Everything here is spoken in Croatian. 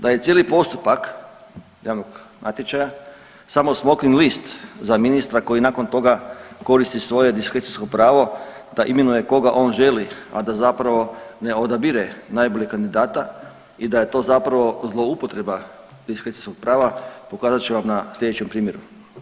Da je cijeli postupak javnog natječaja samo smokvin list za ministra koji nakon toga koristi svoje diskrecijsko pravo da imenuje koga on želi, a da zapravo ne odabire najboljeg kandidata i da je to zapravo zloupotreba diskrecijskog prava pokazat ću vam na slijedećem primjeru.